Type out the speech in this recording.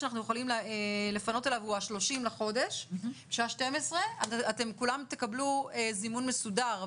הוא ה-30 לחודש בשעה 12:00. כולם יקבלו זימון מסודר.